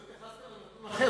לא התייחסת לנתון אחר,